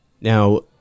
Now